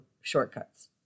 shortcuts